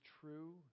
true